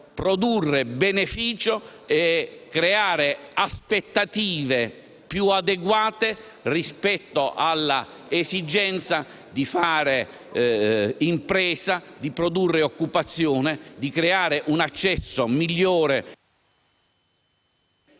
produrre benefici e creare aspettative più adeguate rispetto all'esigenza di fare impresa, di produrre occupazione e di creare un accesso migliore